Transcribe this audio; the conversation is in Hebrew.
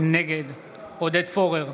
נגד עודד פורר,